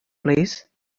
please